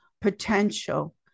potential